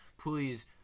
please